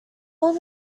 long